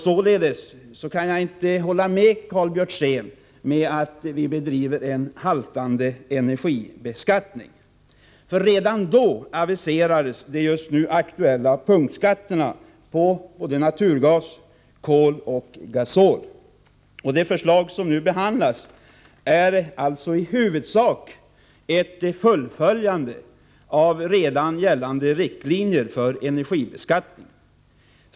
Således kan jag inte hålla med Karl Björzén om att vi bedriver en haltande politik vad gäller energibeskattningen. Redan då aviserades de nu aktuella punktskatterna på naturgas, kol och gasol. De förslag som nu behandlas är alltså i huvudsak ett fullföljande av redan gällande riktlinjer för energibeskattningen.